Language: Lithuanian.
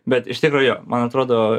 bet iš tikro jo man atrodo